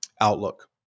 outlook